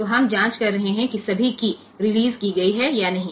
તેથી આપણે તપાસ કરી રહ્યા છીએ કે બધી કી રીલીઝ થઈ છે કે નહીં